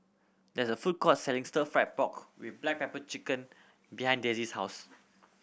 there is a food court selling Stir Fry pork with black pepper behind Dessie's house